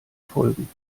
folgen